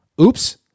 oops